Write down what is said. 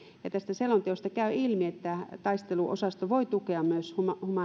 tästä selonteosta käy ilmi että taisteluosasto voi tukea myös